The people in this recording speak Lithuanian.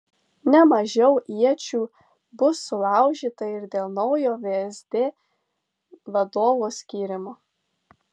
ne mažiau iečių bus sulaužyta ir dėl naujo vsd vadovo skyrimo